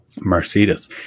Mercedes